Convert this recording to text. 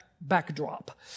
backdrop